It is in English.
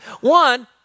One